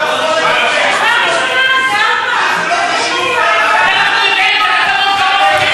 המתנגדות ואחר כך השר יכול לעלות.